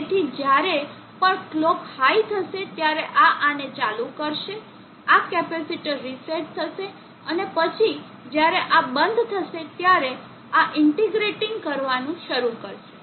તેથી જ્યારે પણ કલોક હાઈ થશે ત્યારે આ આને ચાલુ કરશે આ કેપેસિટર રીસેટ થશે અને પછી જ્યારે આ બંધ થશે ત્યારે આ ઇન્ટિગ્રેટીંગ કરવાનું શરૂ કરશે